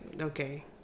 okay